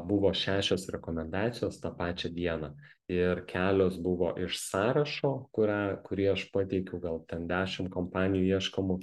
buvo šešios rekomendacijos tą pačią dieną ir kelios buvo iš sąrašo kurią kurį aš pateikiau gal ten dešim kompanijų ieškomų